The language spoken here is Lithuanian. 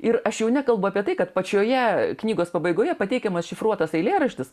ir aš jau nekalbu apie tai kad pačioje knygos pabaigoje pateikiamas šifruotas eilėraštis